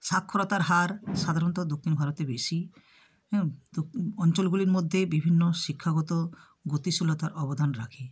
স্বাক্ষরতার হার সাধারণত দক্ষিণ ভারতে বেশি তো অঞ্চলগুলির মধ্যে বিভিন্ন শিক্ষাগত গতিশীলতার অবদান রাখে